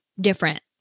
different